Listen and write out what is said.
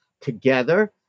together